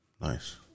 Nice